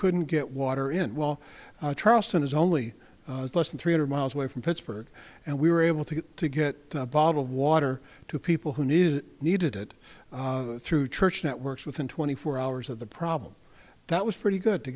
couldn't get water in well charleston is only less than three hundred miles away from pittsburgh and we were able to get to get a bottle of water to people who needed it needed it through church networks within twenty four hours of the problem that was pretty good to